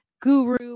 guru